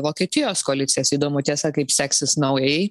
vokietijos koalicijas įdomu tiesa kaip seksis naujajai